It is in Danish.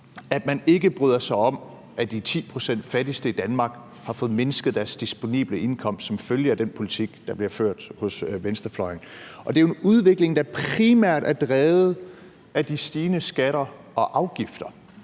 at man ikke bryder sig om, at de 10 pct. fattigste i Danmark har fået mindsket deres disponible indkomst som følge af den politik, der bliver ført hos venstrefløjen. Og det er jo en udvikling, der primært er drevet af de stigende skatter og afgifter.